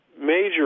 major